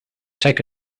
take